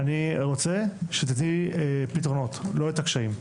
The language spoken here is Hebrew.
לילך, אני רוצה שתיתני פתרונות, לא את הקשיים.